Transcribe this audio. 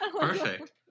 perfect